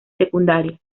secundarios